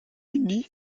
uni